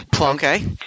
Okay